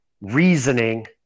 reasoning